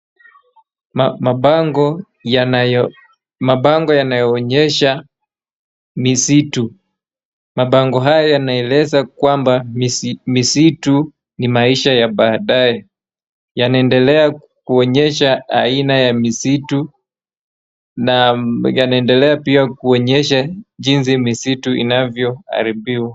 Mabango yanayoonyesha misitu, mabango haya yanaeleza kwamba misitu ni maisha ya baadaye, yanaendelea kuonyesha aina ya misitu na yanaendelea pia kuonyesha jinsi misitu inavyoharibiwa.